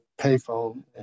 payphone